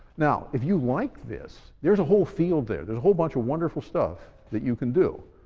now if you like this, there's a whole field there, there's a whole bunch of wonderful stuff that you can do.